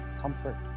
comfort